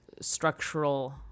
structural